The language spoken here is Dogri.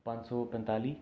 पंज सौ पंजताली